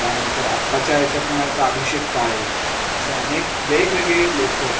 त्यानंतर आत्ताच्या याच्यात म्हणाल तर अभिषेक काळे असे अनेक वेगवेगळे लोक